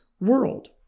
world